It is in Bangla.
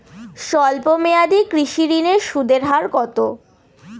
স্বল্প মেয়াদী কৃষি ঋণের সুদের হার কত?